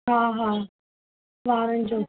हा हा वारनि जो